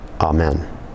Amen